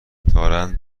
دارند